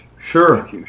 Sure